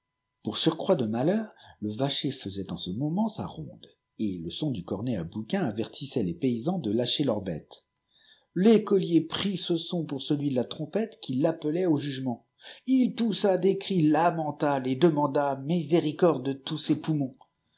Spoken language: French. pour surcroît de malheur le vacher faisait n ce moment sa ronde et le son du cornet à bouquin avertissait les paysans de lâcher leurs bétes l'écolier prit ce son pour celui de la trompette qui l'appelait au jugement il poussa des cris lamentables et demanda miséricorde de tous ses poumons